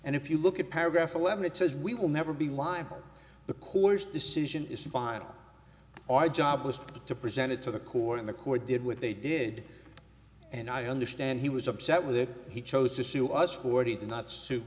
and if you look at paragraph eleven it says we will never be liable for the court's decision is final our job was to to present it to the court in the court did what they did and i understand he was upset with it he chose to sue us forty to not su